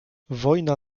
wojna